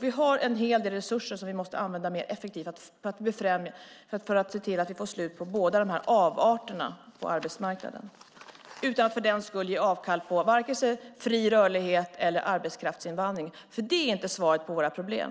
Vi har en hel del resurser som vi måste använda mer effektivt för att se till att vi får slut på båda dessa avarter på arbetsmarknaden utan att ge avkall på vare sig fri rörlighet eller arbetskraftsinvandring, för det är inte svaret på våra problem.